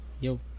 yo